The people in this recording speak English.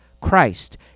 Christ